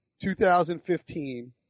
2015